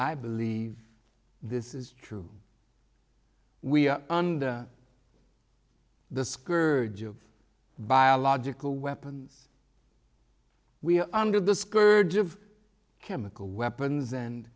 i believe this is true we are under the scourge of biological weapons we are under the scourge of chemical weapons and